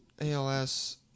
ALS